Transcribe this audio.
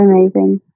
amazing